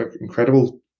incredible